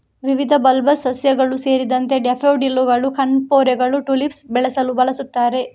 ವಿವಿಧ ಬಲ್ಬಸ್ ಸಸ್ಯಗಳು ಸೇರಿದಂತೆ ಡ್ಯಾಫೋಡಿಲ್ಲುಗಳು, ಕಣ್ಪೊರೆಗಳು, ಟುಲಿಪ್ಸ್ ಬೆಳೆಸಲು ಬಳಸುತ್ತಾರೆ